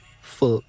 Fuck